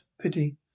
Pity